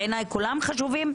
בעיניי כולן חשובות,